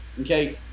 okay